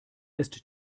ist